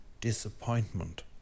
disappointment